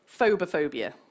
phobophobia